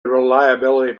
reliability